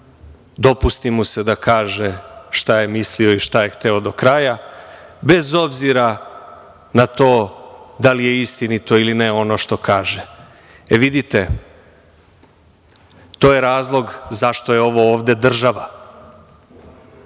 dopusti mu se da kaže šta je mislio i šta je hteo do kraja, bez obzira na to da li je istinito ili ne ono što kaže. E vidite, to je razlog zašto je ovo ovde država,